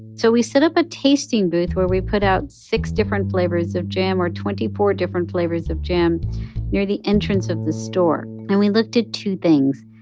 so we set up a tasting tasting booth where we put out six different flavors of jam or twenty four different flavors of jam near the entrance of the store. and we looked at two things.